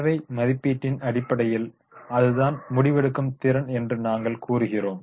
தேவை மதிப்பீட்டின் அடிப்படையில் அதுதான் முடிவெடுக்கும் திறன் என்று நாங்கள் கூறுகிறோம்